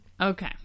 okay